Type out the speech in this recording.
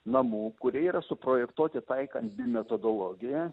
namų kurie yra suprojektuoti taikant bimetodologiją